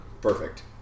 Perfect